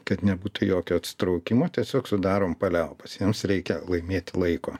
kad nebūtų jokio atsitraukimo tiesiog sudarom paliaubas jiems reikia laimėti laiko